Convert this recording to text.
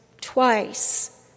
twice